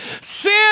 sin